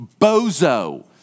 bozo